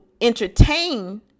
entertain